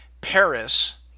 Paris